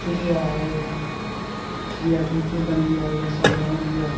चिड़िया आहे चिड़िया चूं चूं कंदी आहे उहा असांखे वणंदी आहे